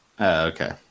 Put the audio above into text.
okay